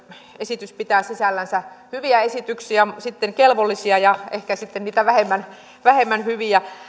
esitys pitää sisällänsä hyviä esityksiä sitten kelvollisia ja ehkä sitten niitä vähemmän hyviä